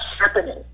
happening